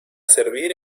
servir